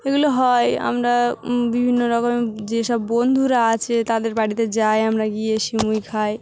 এগুলো হয় আমরা বিভিন্ন রকমের যেসব বন্ধুরা আছে তাদের বাড়িতে যাই আমরা গিয়ে শিমুই খাই